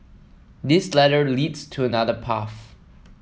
this ladder leads to another path